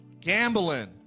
gambling